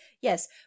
Yes